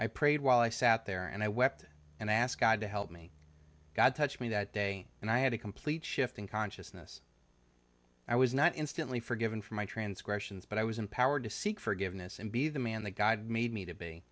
i prayed while i sat there and i wept and asked god to help me god touch me that day and i had a complete shift in consciousness i was not instantly forgiven for my transgressions but i was empowered to seek forgiveness and be the man that god made me to be